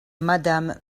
madame